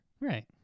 Right